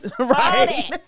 Right